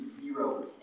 zero